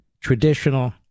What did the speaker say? traditional